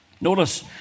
Notice